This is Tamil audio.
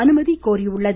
அனுமதி கோரியுள்ளது